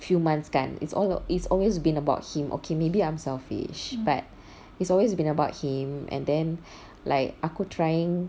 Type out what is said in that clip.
few months kan it's al~ it's always been about him okay maybe I'm selfish but it's always been about him and then like aku trying